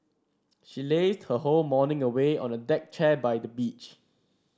she lazed her whole morning away on a deck chair by the beach